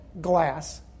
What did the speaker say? glass